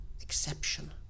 exception